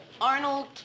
Arnold